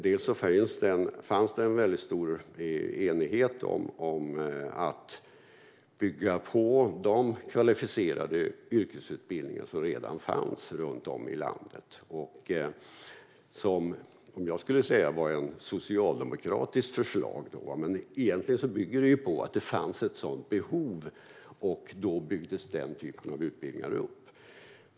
Det fanns en väldigt stor enighet om att bygga på de kvalificerade yrkesutbildningar som redan fanns runt om i landet. Jag skulle säga att det var ett socialdemokratiskt förslag. Men egentligen byggde det på att det fanns ett sådant behov. Då byggdes den typen av utbildningar upp.